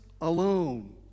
alone